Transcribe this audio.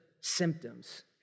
symptoms